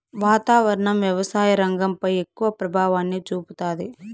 వాతావరణం వ్యవసాయ రంగంపై ఎక్కువ ప్రభావాన్ని చూపుతాది